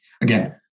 again